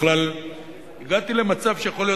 בכלל הגעתי למצב שיכול להיות,